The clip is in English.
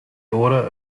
order